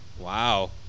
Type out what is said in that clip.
Wow